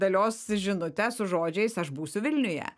dalios žinutę su žodžiais aš būsiu vilniuje